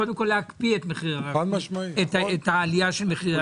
קודם כל, להקפיא את עליית מחירי החשמל.